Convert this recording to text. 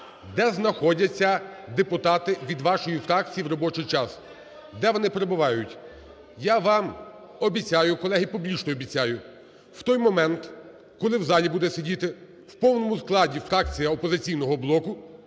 Де знаходяться депутати від вашої фракції в робочий час? Де вони перебувають? Я вам обіцяю, колеги, публічно обіцяю, в той момент, коли в залі буде сидіти в повному складі фракція "Опозиційного блоку",